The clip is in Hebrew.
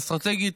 אסטרטגית,